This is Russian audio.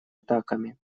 атаками